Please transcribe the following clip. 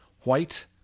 White